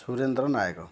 Surendra Nayak